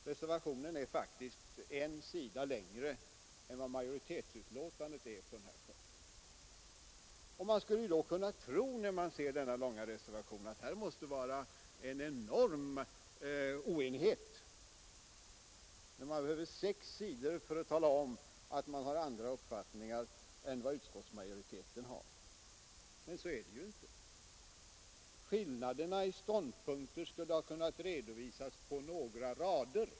Reservationen är faktiskt en sida längre än majoritetsutlåtandet på denna punkt. När man ser denna långa reservation — reservanterna behöver fem sidor för att tala om att de har andra uppfattningar än utskottsmajoriteten har — skulle man kunna tro att det föreligger en enorm oenighet på denna punkt. Men så är det inte. Skillnaderna i ståndpunkter skulle ha kunnat redovisas på några rader.